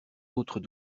d’autres